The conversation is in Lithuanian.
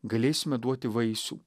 galėsime duoti vaisių